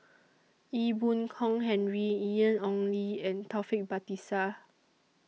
Ee Boon Kong Henry Ian Ong Li and Taufik Batisah